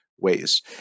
ways